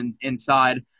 inside